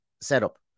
setup